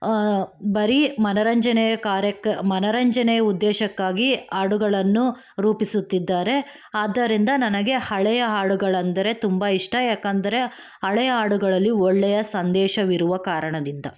ಬರೀ ಮನೋರಂಜನೆ ಕಾರ್ಯಕ್ರ ಮನೋರಂಜನೆ ಉದ್ದೇಶಕ್ಕಾಗಿ ಹಾಡುಗಳನ್ನು ರೂಪಿಸುತ್ತಿದ್ದಾರೆ ಆದ್ದರಿಂದ ನನಗೆ ಹಳೆಯ ಹಾಡುಗಳೆಂದರೆ ತುಂಬ ಇಷ್ಟ ಏಕೆಂದರೆ ಹಳೆಯ ಹಾಡುಗಳಲ್ಲಿ ಒಳ್ಳೆಯ ಸಂದೇಶವಿರುವ ಕಾರಣದಿಂದ